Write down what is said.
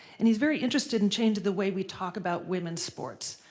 and he's very interested in changing the way we talk about women's sports.